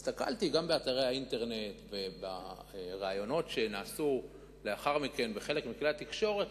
הסתכלתי גם באתרי האינטרנט ובראיונות שהיו לאחר מכן בחלק מכלי התקשורת,